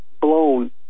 blown